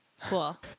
Cool